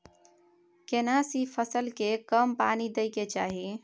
केना सी फसल के कम पानी दैय के चाही?